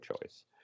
choice